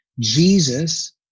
jesus